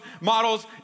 models